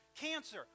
Cancer